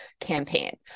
campaign